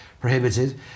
prohibited